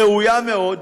ראויה מאוד,